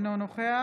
אינו נוכח